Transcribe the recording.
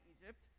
Egypt